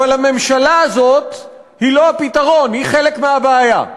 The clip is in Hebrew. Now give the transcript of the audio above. אבל הממשלה הזאת היא לא הפתרון, היא חלק מהבעיה.